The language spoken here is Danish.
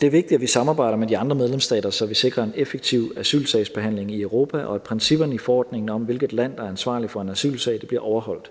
Det er vigtigt, at vi samarbejder med de andre medlemsstater, så vi sikrer en effektiv asylsagsbehandling i Europa, og at principperne i forordningen om, hvilket land der er ansvarlig for en asylsag, bliver overholdt.